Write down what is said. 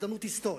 הזדמנות היסטורית.